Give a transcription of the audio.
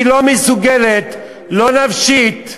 היא לא מסוגלת נפשית,